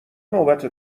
نوبت